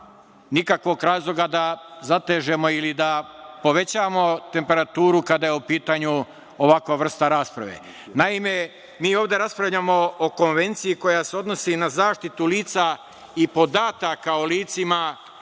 nikakvog razloga da zatežemo ili povećamo temperaturu kada je u pitanju ovakva vrsta rasprave. Naime, mi ovde raspravljamo o konvenciji koja se odnosi na zaštitu lica i podataka o licima